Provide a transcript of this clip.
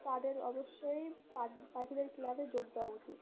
তাদের অবশ্যই পা পাখিদের ক্লাবে যোগ দেওয়া উচিত